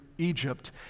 Egypt